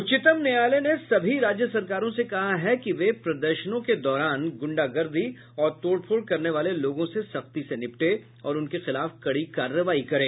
उच्चतम न्यायालय ने सभी राज्य सरकारों से कहा है कि वे प्रदर्शनों के दौरान गुंडागर्दी और तोड़फोड़ करने वाले लोगों से सख्ती से निपटे और उनके खिलाफ कड़ी कार्रवाई करें